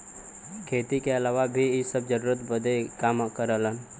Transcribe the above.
खेती के अलावा भी इ सब जरूरत बदे काम करलन